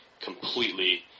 completely